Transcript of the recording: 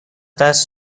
دست